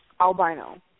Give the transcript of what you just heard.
albino